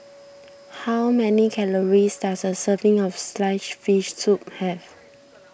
how many calories does a serving of Sliced Fish Soup have